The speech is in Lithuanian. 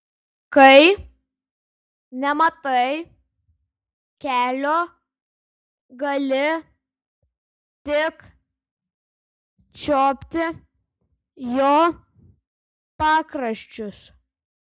kai nematai kelio gali tik čiuopti jo pakraščius